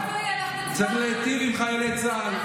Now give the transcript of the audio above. למה אתה אומר "צבא מקצועי"?